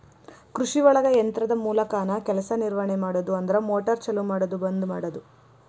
ಕೃಷಿಒಳಗ ಯಂತ್ರದ ಮೂಲಕಾನ ಕೆಲಸಾ ನಿರ್ವಹಣೆ ಮಾಡುದು ಅಂದ್ರ ಮೋಟಾರ್ ಚಲು ಮಾಡುದು ಬಂದ ಮಾಡುದು